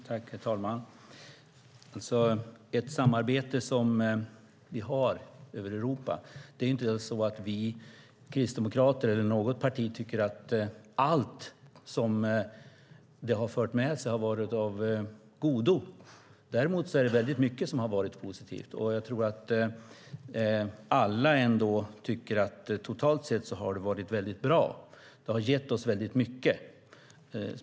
Herr talman! När det gäller det samarbete som vi har i Europa tycker inte Kristdemokraterna eller något annat parti att allt som det har fört med sig har varit av godo. Däremot är det mycket som har varit positivt. Jag tror att alla ändå tycker att det totalt sett har varit mycket bra. Det har gett oss mycket.